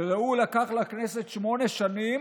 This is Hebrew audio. וראו, לקח לכנסת שמונה שנים